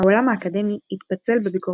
העולם האקדמאי התפצל בביקורתו.